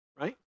right